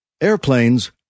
Airplanes